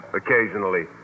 occasionally